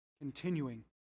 continuing